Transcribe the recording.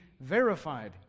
verified